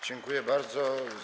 Dziękuję bardzo.